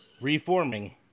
Reforming